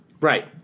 Right